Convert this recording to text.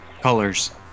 colors